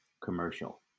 commercial